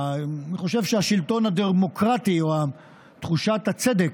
אני חושב שהשלטון הדמוקרטי או תחושת הצדק,